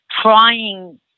trying